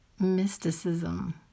mysticism